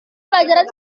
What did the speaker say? pelajaran